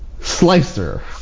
Slicer